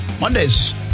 Mondays